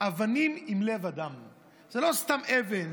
"אבנים עם לב אדם"; זו לא סתם אבן,